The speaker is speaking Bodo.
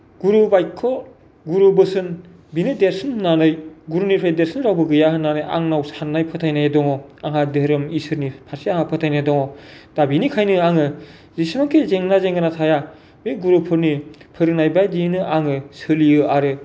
गुरु बायख्य' गुरु बोसोन बिनो देरसिन होननानै गुरुनिफाय देरसिन रावबो गैया होननानै आंनाव साननाय फोथायनाय दङ आंहा धोरोम इसोरनि फारसे आंहा फोथायनाय दङ दा बिनिखायनो आङो जेसेबांखि जेंना जेंगोना थाया बे गुरुफोरनि फोरोंनाय बायदियैनो आङो सोलियो आरो